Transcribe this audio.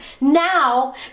now